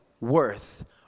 worth